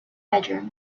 bedroom